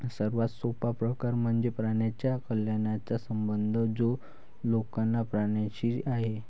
सर्वात सोपा प्रकार म्हणजे प्राण्यांच्या कल्याणाचा संबंध जो लोकांचा प्राण्यांशी आहे